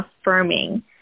affirming